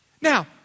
Now